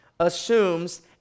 assumes